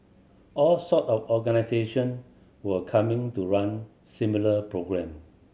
all sort of organisation were coming to run similar programme